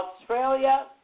Australia